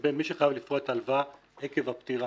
לגבי מי שחייב לפרוע את ההלוואה עקב הפטירה.